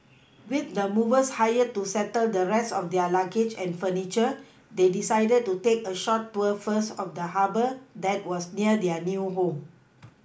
with the movers hired to settle the rest of their luggage and furniture they decided to take a short tour first of the Harbour that was near their new home